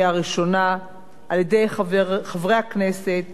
על-ידי חברי הכנסת זבולון אורלב,